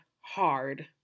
hard